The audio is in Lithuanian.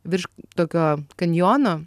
virš tokio kanjono